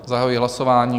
Zahajuji hlasování.